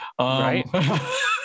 Right